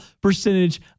percentage